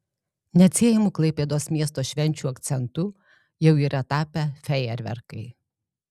neatsiejamu klaipėdos miesto švenčių akcentu jau yra tapę fejerverkai